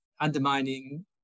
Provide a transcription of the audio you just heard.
undermining